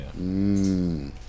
Mmm